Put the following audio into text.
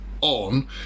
on